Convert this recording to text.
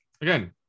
again